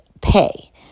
pay